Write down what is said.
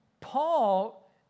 Paul